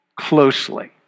closely